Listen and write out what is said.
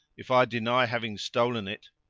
if i deny having stolen it,